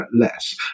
less